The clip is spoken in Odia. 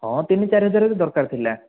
ହଁ ତିନି ଚାରି ହଜାରରେ ଦରକାର ଥିଲା